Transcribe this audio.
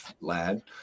lad